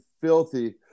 filthy